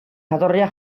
jatorria